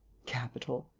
capital!